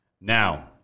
Now